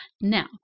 now